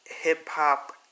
hip-hop